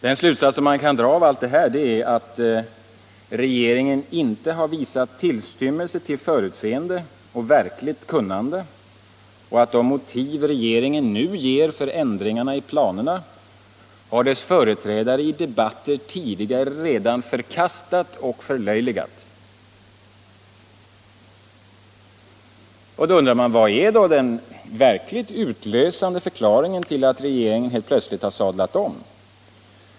Den slutsats man kan dra av allt detta är att regeringen inte visat tillstymmelse till förutseende och verkligt kunnande och att de motiv regeringen nu ger för ändringarna i planerna har dess företrädare i debatter tidigare redan förkastat och förlöjligat. Då undrar man: Vad är då den verkligt utlösande förklaringen till att regeringen helt plötsligt har sadlat om?